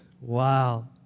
Wow